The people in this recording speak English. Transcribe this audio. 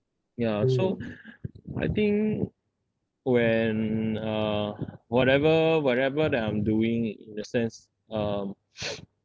ya so I think when uh whatever whatever that I'm doing in the sense um